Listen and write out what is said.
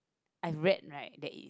I read right that is